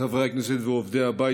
חברי הכנסת ועובדי הבית.